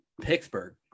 Pittsburgh